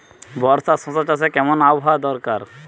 বর্ষার শশা চাষে কেমন আবহাওয়া দরকার?